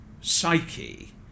psyche